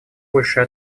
большей